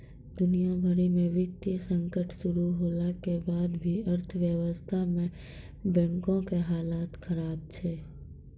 दुनिया भरि मे वित्तीय संकट शुरू होला के बाद से अर्थव्यवस्था मे बैंको के हालत खराब छै